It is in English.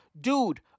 dude